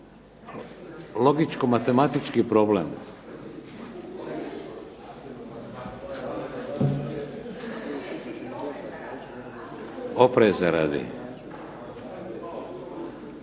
Logičko matematički problem. …/Upadica